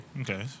Okay